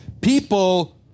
People